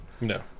No